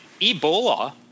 Ebola